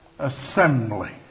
Assembly